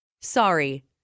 Sorry